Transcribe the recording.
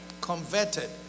Converted